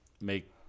make